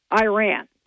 Iran